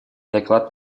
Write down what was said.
доклад